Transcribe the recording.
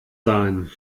sein